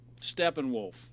Steppenwolf